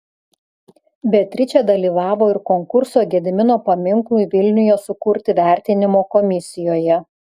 beatričė dalyvavo ir konkurso gedimino paminklui vilniuje sukurti vertinimo komisijoje